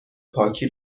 پاکی